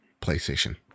PlayStation